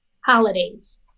holidays